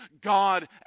God